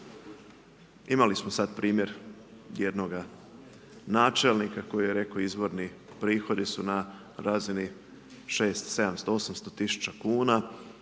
Imali smo sada primjer jednoga načelnika koji je rekao izvorni prihodi su na razini 600, 700, 800 tisuća kuna,